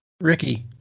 Ricky